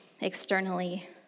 externally